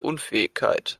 unfähigkeit